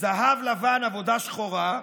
"זהב לבן עבודה שחורה"